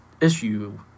issue